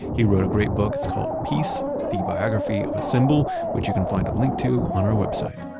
he wrote a great book. it's called peace the biography of a symbol. which you can find a link to on our website